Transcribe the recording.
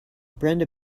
brenda